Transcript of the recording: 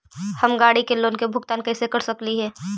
हम गाड़ी के लोन के भुगतान कैसे कर सकली हे?